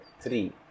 three